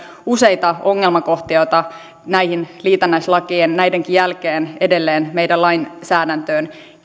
useita ongelmakohtia joita näihin liitännäislakeihin näidenkin jälkeen edelleen meidän lainsäädäntöömme